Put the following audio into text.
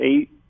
eight